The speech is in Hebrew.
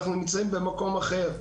אנחנו נמצאים במקום אחר.